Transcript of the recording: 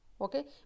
okay